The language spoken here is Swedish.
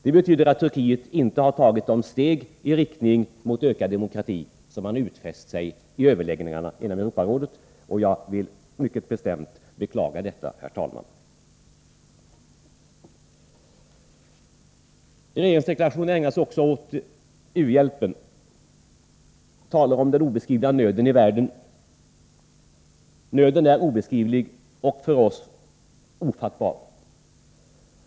Detta innebär att Turkiet inte har tagit de steg i riktning mot ökad demokrati som man i överläggningarna inom Europarådet utfäst sig att ta, och jag vill mycket bestämt beklaga det, herr talman. Regeringsdeklarationen ägnas också åt u-hjälpen, och det talas om den obeskrivliga nöden i världen. Nöden är obeskrivlig och för oss ofattbar.